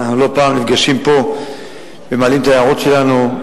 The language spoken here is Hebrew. ואנחנו לא פעם נפגשים פה ומעלים את ההערות שלנו